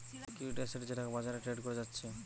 security asset যেটাকে বাজারে trade করা যাচ্ছে